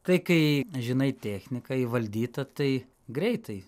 tai kai žinai techniką įvaldyta tai greitai